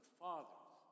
fathers